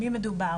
במי מדובר,